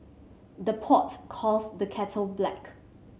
the pot calls the kettle black